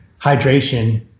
hydration